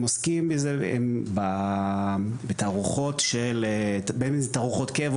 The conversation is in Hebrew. עוסקים בתערוכות של בין אם זה תערוכות קבע,